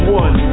one